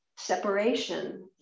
separation